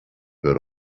hör